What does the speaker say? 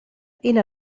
إلى